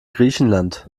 griechenland